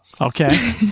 Okay